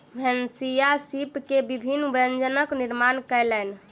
भनसिया सीप के विभिन्न व्यंजनक निर्माण कयलैन